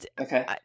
Okay